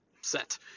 set